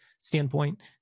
standpoint